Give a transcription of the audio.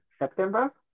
September